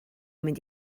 mynd